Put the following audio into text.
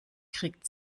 kriegt